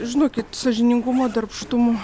žinokit sąžiningumo darbštumo